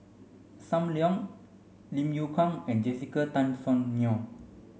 Sam Leong Lim Yew Kuan and Jessica Tan Soon Neo